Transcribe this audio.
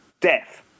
death